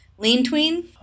LeanTween